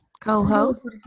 co-host